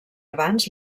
abans